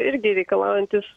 irgi reikalaujantis